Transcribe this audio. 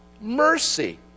mercy